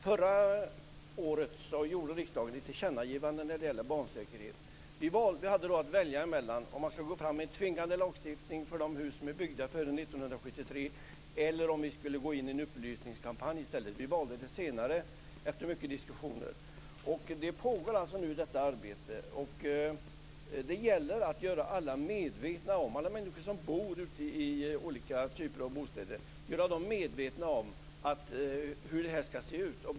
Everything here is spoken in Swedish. Fru talman! Förra året gjorde riksdagen ett tillkännagivande när det gällde barnsäkerheten. Vi hade då att välja mellan att gå fram med en tvingande lagstiftning avseende de hus som är byggda före 1973 eller att satsa på en upplysningskampanj. Vi valde efter mycket diskussioner det senare. Detta arbete pågår nu. Det gäller att göra alla människor som bor i olika typer av bostäder medvetna om hur detta skall fungera.